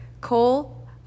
Cole